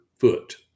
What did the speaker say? foot